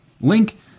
Link